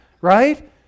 Right